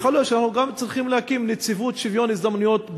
יכול להיות שאנחנו צריכים להקים גם נציבות שוויון הזדמנויות בדיור,